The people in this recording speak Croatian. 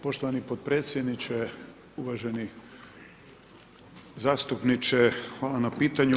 Poštovani potpredsjedniče, uvaženi zastupniče, hvala na pitanju.